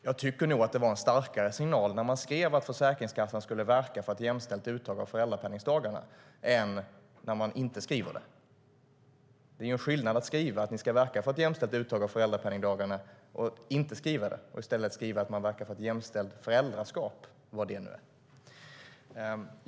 Jag tycker nog att det var en starkare signal när man skrev att Försäkringskassan skulle verka för ett jämställt uttag av föräldrapenningdagarna än när man inte skriver det. Det är en skillnad mellan att skriva att man ska verka för ett jämställt uttag av föräldrapenningdagarna och att inte skriva det och i stället skriva att man verkar för ett jämställt föräldraskap, vad det nu är.